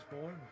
born